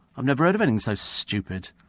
um never heard of anything so stupid.